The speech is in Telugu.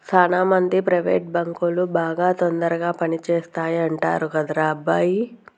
సాన మంది ప్రైవేట్ బాంకులు బాగా తొందరగా పని చేస్తాయంటరు కదరా అబ్బాయి